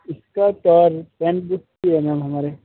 इसका चार्ज हमारे